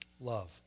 love